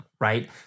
right